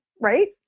Right